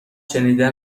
شنیدن